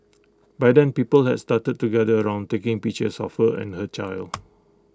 by then people has started to gather around taking pictures of her and her child